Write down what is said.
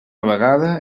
vegada